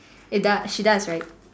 it does she does right